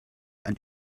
and